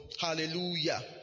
Hallelujah